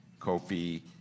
Kofi